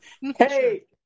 Hey